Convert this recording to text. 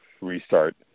restart